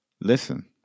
listen